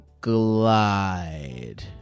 Glide